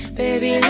baby